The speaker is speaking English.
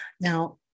Now